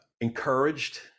encouraged